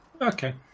Okay